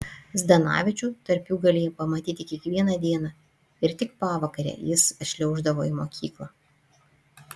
zdanavičių tarp jų galėjai pamatyti kiekvieną dieną ir tik pavakare jis atšliauždavo į mokyklą